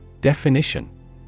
Definition